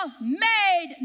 made